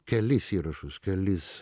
kelis įrašus kelis